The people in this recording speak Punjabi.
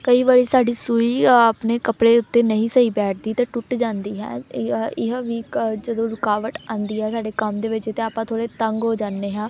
ਕਈ ਵਾਰੀ ਸਾਡੀ ਸੂਈ ਆਪਣੇ ਕੱਪੜੇ ਉੱਤੇ ਨਹੀਂ ਸਹੀ ਬੈਠਦੀ ਤਾਂ ਟੁੱਟ ਜਾਂਦੀ ਹੈ ਇਹ ਵੀ ਜਦੋਂ ਰੁਕਾਵਟ ਆਉਂਦੀ ਆ ਸਾਡੇ ਕੰਮ ਦੇ ਵਿੱਚ ਤਾਂ ਆਪਾਂ ਥੋੜ੍ਹੇ ਤੰਗ ਹੋ ਜਾਂਦੇ ਹਾਂ